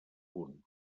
punt